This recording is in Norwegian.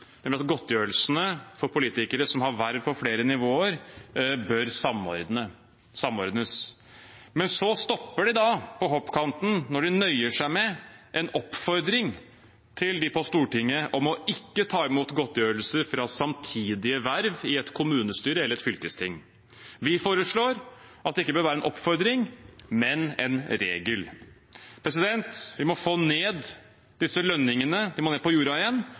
nemlig at godtgjørelsene for politikere som har verv på flere nivåer, bør samordnes. Men så stopper de da på hoppkanten når de nøyer seg med en oppfordring til dem på Stortinget om ikke å ta imot godtgjørelser fra samtidige verv i et kommunestyre eller et fylkesting. Vi foreslår at det ikke bør være en oppfordring, men en regel. Vi må få ned disse lønningene, de må ned på jorda igjen,